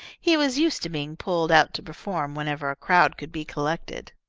he was used to being pulled out to perform whenever a crowd could be collected.